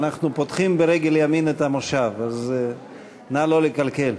אנחנו פותחים ברגל ימין את המושב, אז נא לא לקלקל.